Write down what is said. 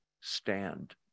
stand